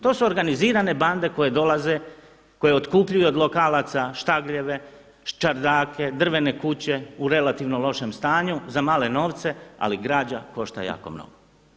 To su organizirane bande koje dolaze koje otkupljuju od lokalaca štagljeve, čardake, drvene kuće u relativno lošem stanju za male novce ali građa košta jako mnogo.